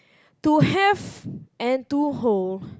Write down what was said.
to have and to hold